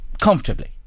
comfortably